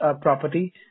property